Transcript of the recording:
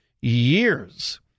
years